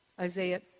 Isaiah